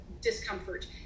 discomfort